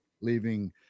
leaving